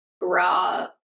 raw